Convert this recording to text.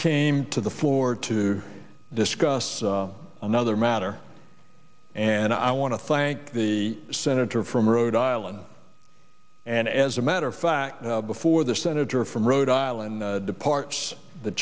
came to the floor to discuss another matter and i want to thank the senator from rhode island and as a matter of fact before the senator from rhode island departs th